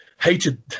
hated